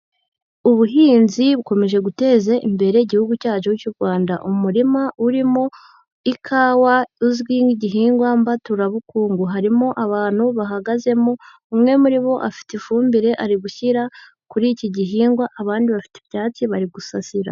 Ubuhinzi bukomeje guteza imbere igihugu cyacu cy'u Rwanda. Umurima urimo ikawa izwi nk'igihingwa mbaturabukungu. Harimo abantu bahagazemo, umwe muri bo afite ifumbire ari gushyira kuri iki gihingwa, abandi bafite ibyatsi bari gusasira.